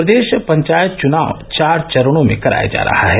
प्रदेश पंचायत चुनाव चार चरणों में कराया जा रहा है